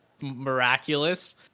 miraculous